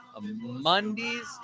Mondays